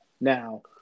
Now